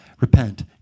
repent